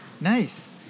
Nice